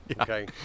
okay